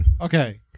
Okay